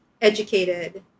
educated